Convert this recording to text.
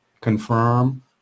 confirm